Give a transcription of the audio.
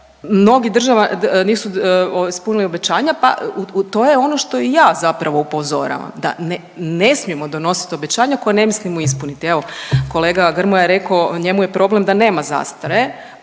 Mnoge države nisu ispunile obećanja, pa to je ono što i ja zapravo upozoravam, da ne smijemo donosit obećanja koja ne mislimo ispuniti. Evo kolega Grmoja je rekao njemu je problem da nema zastare,